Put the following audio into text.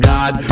God